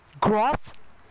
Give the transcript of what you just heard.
growth